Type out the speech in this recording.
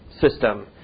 system